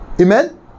Amen